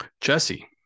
Jesse